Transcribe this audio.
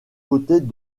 côtés